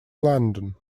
london